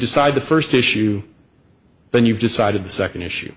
decide the first issue then you've decided the second issue